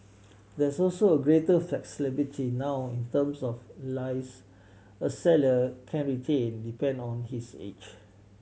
there is also greater flexibility now in terms of a seller can retain depend on his age